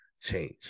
change